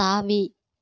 தாவி